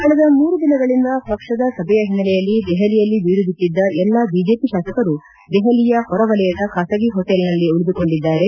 ಕಳೆದ ಮೂರು ದಿನಗಳಿಂದ ಪಕ್ಷದ ಸಭೆಯ ಹಿನ್ನೆಲೆಯಲ್ಲಿ ದೆಹಲಿಯಲ್ಲಿ ಬೀಡುಬಿಟ್ಟದ್ದ ಎಲ್ಲಾ ಬಿಜೆಪಿ ಶಾಸಕರು ದೆಹಲಿಯ ಹೊರವಲಯದ ಖಾಸಗಿ ಹೋಟೆಲ್ನಲ್ಲಿ ಉಳಿದುಕೊಂಡಿದ್ದಾರೆ